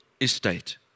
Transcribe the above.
estate